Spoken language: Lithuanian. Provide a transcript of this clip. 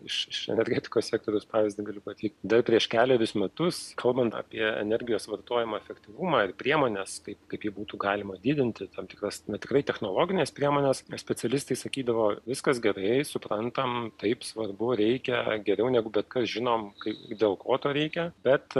iš iš energetikos sektoriaus pavyzdį galiu pateikti dar prieš kelerius metus kalbant apie energijos vartojimo efektyvumą ir priemones kaip kaip jį būtų galima didinti tam tikras bet tikrai technologines priemones nes specialistai sakydavo viskas gerai suprantam taip svarbu reikia geriau negu bet kas žinom kaip dėl ko to reikia bet